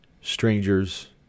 strangers